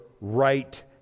right